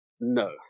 No